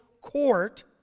court